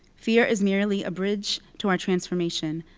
fear is merely a bridge to our transformation.